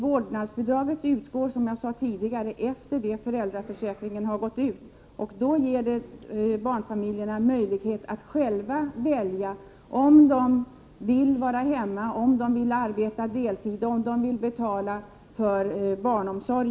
Vårdnadsbidraget utgår, som jag sade tidigare, efter det att ersättningen från föräldraförsäkringen har upphört, och då ger det föräldrarna möjlighet att själva välja om de vill vara hemma, om de vill arbeta deltid, om de vill betala för barnomsorg.